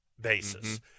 basis